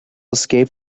escape